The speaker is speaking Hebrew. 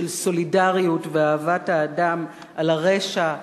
של סולידריות ואהבת האדם על הרשע,